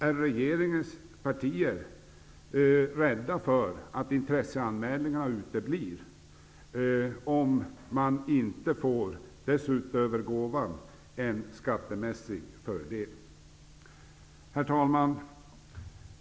Är regeringens partier rädda för att intresseanmälningar uteblir om man inte förutom gåva får en skattemässig fördel? Herr talman!